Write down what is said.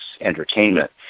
Entertainment